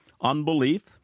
unbelief